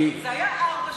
זה היה ארבע שנים,